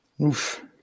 Oof